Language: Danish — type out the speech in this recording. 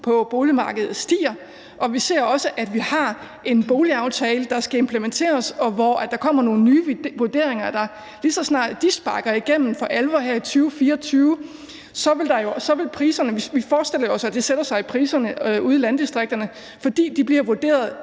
på boligmarkedet stiger, og vi ser også, at vi har en boligaftale, som skal implementeres. Der kommer der nogle nye vurderinger, og lige så snart de sparker igennem for alvor her i 2024, forestiller vi os jo at det sætter sig i priserne ude i landdistrikterne, idet boligerne derude